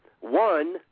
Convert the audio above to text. one